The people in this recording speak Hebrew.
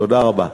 תודה רבה.